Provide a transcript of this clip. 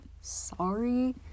sorry